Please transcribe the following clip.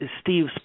Steve's